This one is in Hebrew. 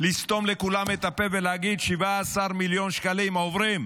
לסתום לכולם את הפה ולהגיד: 17 מיליון שקלים עוברים,